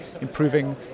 improving